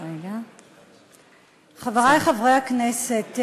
חברי חברי הכנסת,